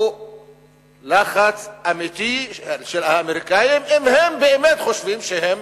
זה לחץ אמיתי של האמריקנים, אם הם באמת חושבים שהם